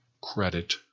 credit